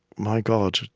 my god.